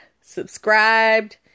subscribed